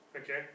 Okay